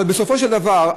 אבל בסופו של דבר,